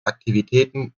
aktivitäten